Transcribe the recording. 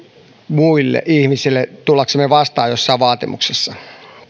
muille ihmisille tullaksemme vastaan jossain vaatimuksessa